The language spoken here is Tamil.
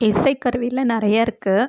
இசைக்கருவியில் நிறையா இருக்குது